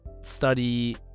study